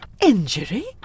injury